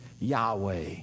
Yahweh